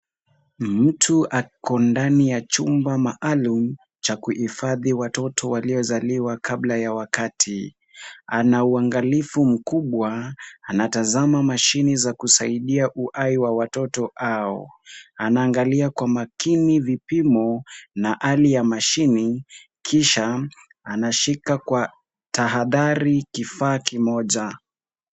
Mtu ako ndani ya chumba maalum cha kuhifadhi watoto waliozaliwa kabla ya wakati. Ana uangalifu mkubwa, anatazama mashini za kusaidia uhai wa watoto hao. Anaangalia kwa makini vipimo na hali ya mashini kisha anashika kwa tahadhari kifaa kimoja.